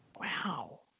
Wow